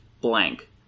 blank